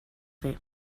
fer